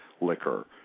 liquor